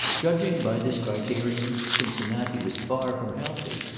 judging, by this criterion, cincinnati was far from healthy,